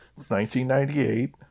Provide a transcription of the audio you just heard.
1998